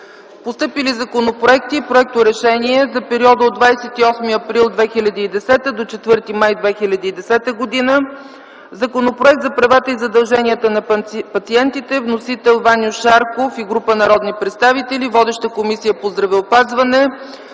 Постъпили законопроекти и проекторешения за периода от 28 април 2010 до 4 май 2010 г.: Законопроект за правата и задълженията на пациентите. Вносители – Ваньо Шарков и група народни представители. Водеща - Комисията по здравеопазването.